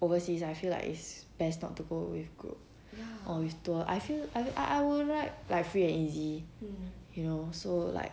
overseas I feel like it's best not to go with group or with tour I feel I I would like free and easy you know so like